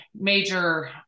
major